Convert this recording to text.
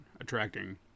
attracting